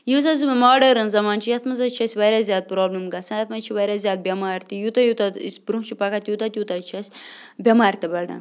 یُس حظ وۄنۍ ماڈٲرٕن زمانہٕ چھِ یَتھ منٛز حظ چھِ اَسہِ واریاہ زیادٕ پرٛابلِم گژھان یَتھ منٛز چھِ واریاہ زیادٕ بٮ۪مارِ تہِ یوٗتاہ یوٗتاہ أسۍ برٛونٛہہ چھِ پَکان تیوٗتاہ تیوٗتاہ چھِ اَسہِ بٮ۪مارِ تہِ بڑان